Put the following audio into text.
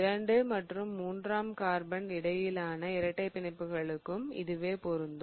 2 மற்றும் 3 ஆம் கார்பன் இடையிலான இரட்டை பிணைப்புகளுக்கும் இதுவே பொருந்தும்